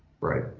Right